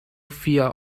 via